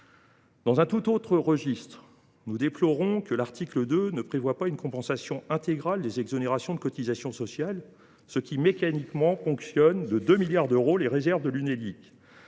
Dans un tout autre registre, nous déplorons que l’article 2 ne prévoie pas une compensation intégrale des exonérations de cotisations sociales, ce qui, mécaniquement, ponctionne de 2 milliards d’euros les réserves de l’Unédic.